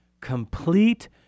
complete